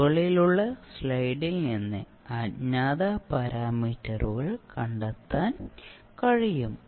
മുകളിലുള്ള സ്ലൈഡിൽ നിന്ന് അജ്ഞാത പാരാമീറ്ററുകൾ കണ്ടെത്താൻ കഴിയും